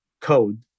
code